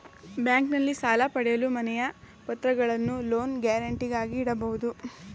ಬ್ಯಾಂಕ್ನಲ್ಲಿ ಸಾಲ ಪಡೆಯಲು ಮನೆಯ ಪತ್ರಗಳನ್ನು ಲೋನ್ ಗ್ಯಾರಂಟಿಗಾಗಿ ಇಡಬಹುದು